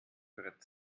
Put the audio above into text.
brett